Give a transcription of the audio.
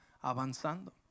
avanzando